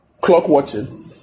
clock-watching